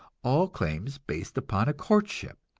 all claims based upon a courtship,